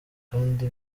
kandi